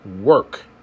work